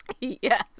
Yes